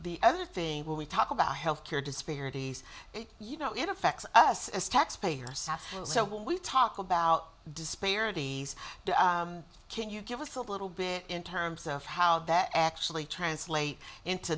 the other thing when we talk about health care disparities you know it affects us as taxpayers so when we talk about disparities can you give us a little bit in terms of how that actually translate into